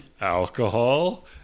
alcohol